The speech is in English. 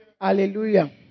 Hallelujah